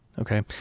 Okay